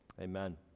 amen